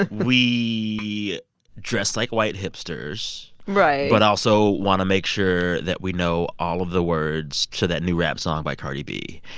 and we dress like white hipsters but also want to make sure that we know all of the words to that new rap song by cardi b.